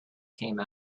came